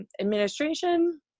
administration